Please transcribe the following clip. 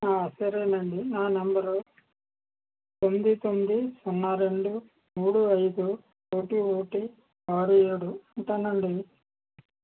సరేనండి నా నెంబరు తొమ్మిది తొమ్మిది సున్నా రెండు మూడు ఐదు ఒకటి ఒకటి ఆరు ఏడు ఉంటాను అండి